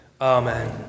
Amen